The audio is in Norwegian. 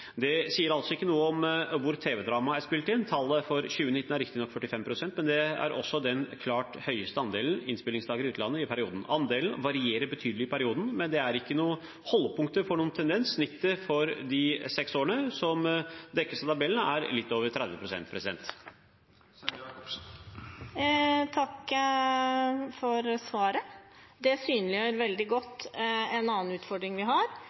Det sier altså ikke noe om hvor tv-drama er spilt inn. Tallet for 2019 er riktignok 45 pst., men det er også den klart høyeste andelen innspillingsdager i utlandet i perioden. Andelen varierer betydelig i perioden, men det er ikke noen holdepunkter for noen tendens. Snittet for de seks årene som dekkes av tabellen, er litt over 30 pst. Takk for svaret. Det synliggjør veldig godt en annen utfordring vi har,